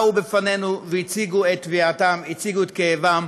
הם באו בפנינו והציגו את תביעתם, את כאבם.